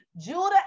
Judah